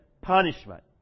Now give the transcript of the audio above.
punishment